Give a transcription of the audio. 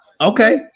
Okay